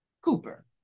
Cooper